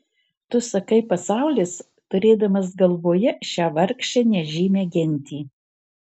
tu sakai pasaulis turėdamas galvoje šią vargšę nežymią gentį